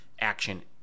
action